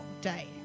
day